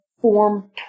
form